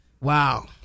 Wow